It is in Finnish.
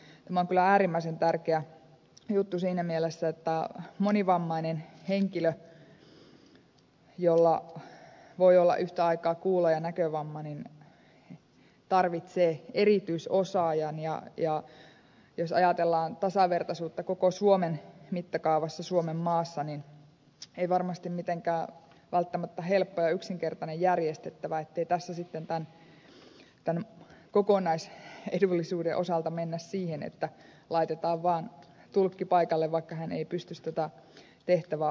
tämä on kyllä äärimmäisen tärkeä juttu siinä mielessä että monivammainen henkilö jolla voi olla yhtä aikaa kuulo ja näkövamma tarvitsee erityisosaajan ja jos ajatellaan tasavertaisuutta koko suomen mittakaavassa suomenmaassa ei ole varmasti mitenkään välttämättä helppo ja yksinkertainen järjestettävä ettei tässä sitten tämän kokonaisedullisuuden osalta mennä siihen että laitetaan vaan tulkki paikalle vaikka hän ei pystyisi tuota tehtävää hoitamaankaan